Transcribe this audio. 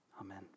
Amen